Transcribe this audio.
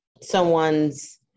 someone's